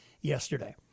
yesterday